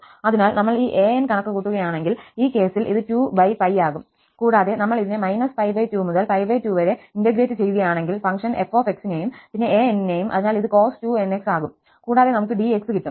അതിനാൽ നമ്മൾ ഈ an കണക്കുകൂട്ടുകയാണെങ്കിൽ ഈ കേസിൽ ഇത് 2ആകും കൂടാതെ നമ്മൾ ഇതിനെ −2മുതൽ 2 വരെ ഇന്റഗ്രേറ്റ് ചെയ്യുകയാണെങ്കിൽ ഫംഗ്ഷൻ f നെയും പിന്നെ an നെയും അതിനാൽ ഇത് cos 2nx ആകും കൂടാതെ നമുക് dx കിട്ടും